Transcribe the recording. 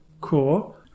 cool